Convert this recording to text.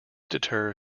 deter